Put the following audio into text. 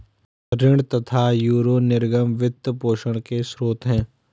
ऋण तथा यूरो निर्गम वित्त पोषण के स्रोत है